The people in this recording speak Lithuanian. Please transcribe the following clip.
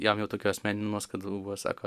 jam jau tokių asmeninių nuoskaudų buvo sako